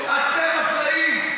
אתם אחראים,